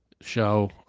show